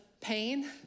pain